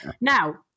Now